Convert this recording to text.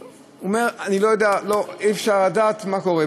ואומר: אני לא יודע, אי-אפשר לדעת מה קורה.